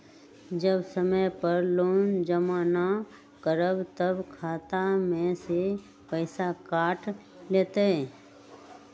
जब समय पर लोन जमा न करवई तब खाता में से पईसा काट लेहई?